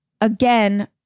again